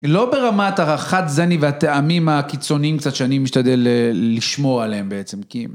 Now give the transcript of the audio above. לא ברמת הרחת זני והטעמים הקיצוניים קצת שאני משתדל לשמור עליהם בעצם,